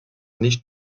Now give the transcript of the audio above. nicht